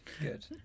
good